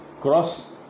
cross